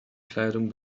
kleidung